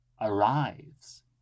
arrives